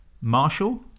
Marshall